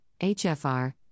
HFR